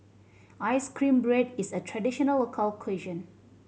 ice cream bread is a traditional local cuisine